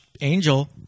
Angel